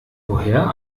woher